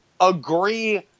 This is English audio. agree